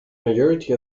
majority